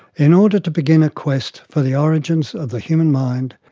in order to begin a quest for the origins of the human mind,